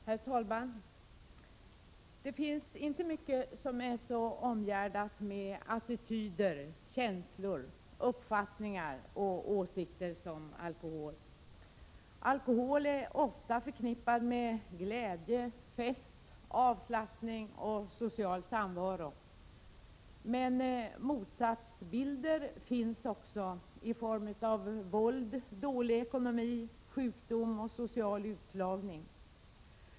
Herr talman! Det finns inte mycket som är så omgärdat med attityder, känslor, uppfattningar och åsikter som alkohol. Alkohol är ofta förknippad med glädje, fest, avslappning och social samvaro. Men motsatsbilder finns också i form av våld, dålig ekonomi, sjukdom och social utslagning.